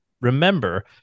remember